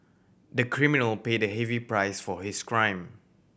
the criminal paid a heavy price for his crime